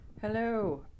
Hello